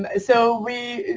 but so we,